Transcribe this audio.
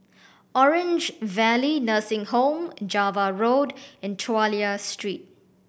Orange Valley Nursing Home Java Road and Chulia Street